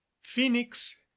phoenix